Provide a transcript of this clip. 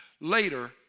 later